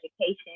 education